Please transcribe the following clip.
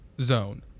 zone